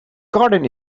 garden